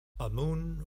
amun